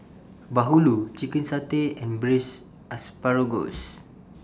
Bahulu Chicken Satay and Braised Asparagus